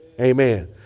Amen